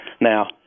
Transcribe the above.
now